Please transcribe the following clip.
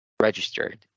Registered